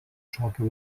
šokių